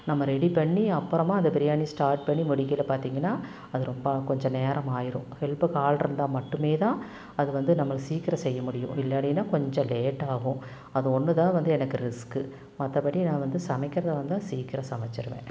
நம்ம ரெடி பண்ணி அப்புறமாக அந்த பிரியாணி ஸ்டார்ட் பண்ணி முடிக்கையில் பார்த்திங்கன்னா அது ரொம்ப கொஞ்சம் நேரம் ஆயிடும் ஹெல்ப்புக்கு ஆள் இருந்தால் மட்டுமே தான் அது வந்து நம்மளுக்கு சீக்கிரம் செய்ய முடியும் இல்லாட்டின்னால் கொஞ்சம் லேட் ஆகும் அது ஒன்று தான் வந்து எனக்கு ரிஸ்க்கு மற்றபடி நான் வந்து சமைக்கிறது வந்து சீக்கிரம் சமைச்சிருவேன்